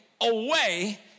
away